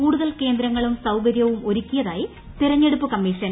കൂടുതൽ കേന്ദ്രങ്ങളും സൌകര്യവും ഒരുക്കിയതായി തെരഞ്ഞെടുപ്പ് കമ്മീഷൻ